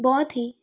ਬਹੁਤ ਹੀ